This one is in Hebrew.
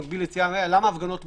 מגביל יציאה למה הפגנות מותרות?